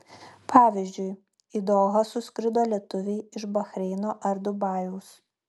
pavyzdžiui į dohą suskrido lietuviai iš bahreino ar dubajaus